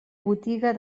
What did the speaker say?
botiga